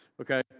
okay